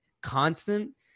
constant